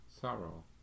sorrow